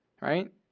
right